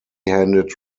handed